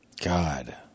God